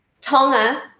Tonga